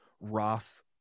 Ross